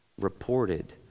reported